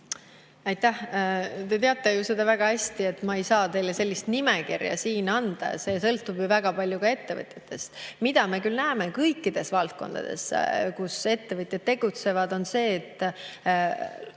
Aitäh! Te teate väga hästi, et ma ei saa teile sellist nimekirja siin anda. See sõltub väga palju ka ettevõtetest. Me küll näeme kõikides valdkondades, kus ettevõtjad tegutsevad, et